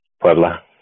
Puebla